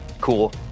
Cool